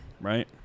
right